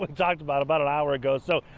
like talked about, about an hour ago. so